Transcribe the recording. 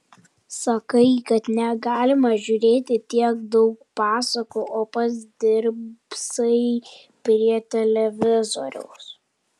sakai kad negalima žiūrėti tiek daug pasakų o pats drybsai prie televizoriaus